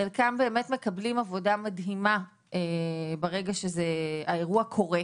חלקם מקבלים תמיכה מדהימה ברגע שהאירוע קורה,